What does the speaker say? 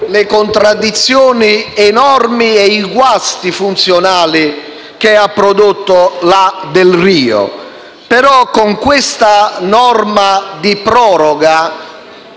le contraddizioni enormi e i guasti funzionali che ha prodotto la legge Delrio. Con la norma di proroga